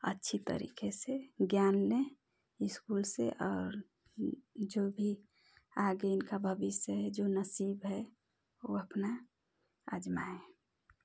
अच्छी तरीके से ज्ञान लें स्कूल से और जो भी आगे का भविष्य है जो नसीब है वो अपना आजमाएं